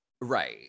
right